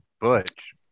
Butch